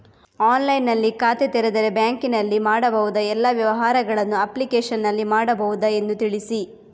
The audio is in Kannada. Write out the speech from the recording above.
ಆನ್ಲೈನ್ನಲ್ಲಿ ಖಾತೆ ತೆರೆದರೆ ಬ್ಯಾಂಕಿನಲ್ಲಿ ಮಾಡಬಹುದಾ ಎಲ್ಲ ವ್ಯವಹಾರಗಳನ್ನು ಅಪ್ಲಿಕೇಶನ್ನಲ್ಲಿ ಮಾಡಬಹುದಾ ಎಂದು ತಿಳಿಸಿ?